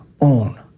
own